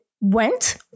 went